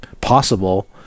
possible